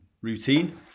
routine